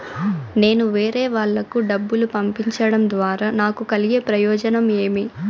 నేను వేరేవాళ్లకు డబ్బులు పంపించడం ద్వారా నాకు కలిగే ప్రయోజనం ఏమి?